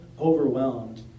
overwhelmed